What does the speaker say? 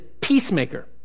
Peacemaker